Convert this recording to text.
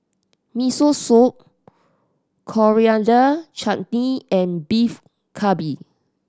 Miso Soup Coriander Chutney and Beef Galbi